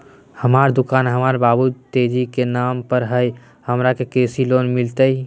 हमर दुकान हमर बाबु तेजी के नाम पर हई, हमरा के कृषि लोन मिलतई?